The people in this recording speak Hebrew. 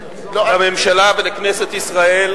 לממשלה ולכנסת ישראל,